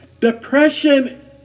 Depression